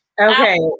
Okay